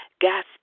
Gas